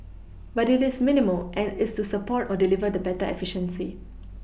but it is minimal and it is to support or deliver the better efficiency